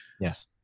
yes